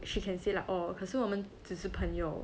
she can say like orh 可是我们只是朋友